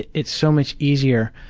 it's so much easier,